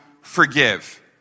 forgive